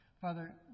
Father